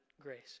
grace